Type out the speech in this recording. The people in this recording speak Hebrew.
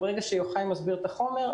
וברגע שיוחאי מסביר את החומר,